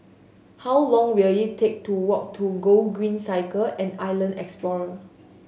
how long will it take to walk to Gogreen Cycle and Island Explorer